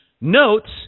notes